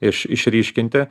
iš išryškinti